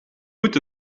moet